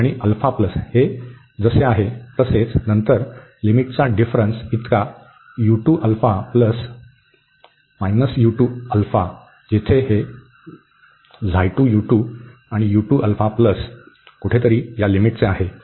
आणि α हे जसे आहे तसेच नंतर लिमिटचा फरक इतका u2α u2 α जिथे आता हे ξ2u2 u2α कुठेतरी या लिमिटचे आहे